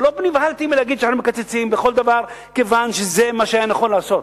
ולא נבהלתי מלהגיד שאנחנו מקצצים בכל דבר כיוון שזה מה שהיה נכון לעשות.